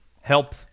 help